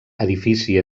edifici